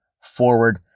forward